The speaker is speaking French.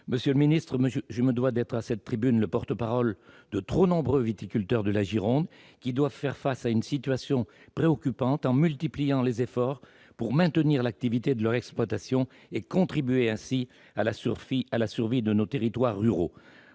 Monsieur le ministre, je me dois d'être le porte-parole à cette tribune de trop nombreux viticulteurs de la Gironde qui doivent faire face à une situation préoccupante en multipliant les efforts pour maintenir l'activité de leur exploitation et contribuer ainsi à la survie de nos territoires ruraux.